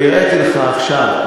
והראיתי לך עכשיו,